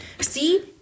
see